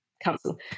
council